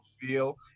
feel